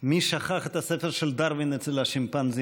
מי שכח את הספר של דרווין אצל השימפנזים